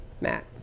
Matt